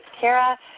Kara